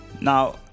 now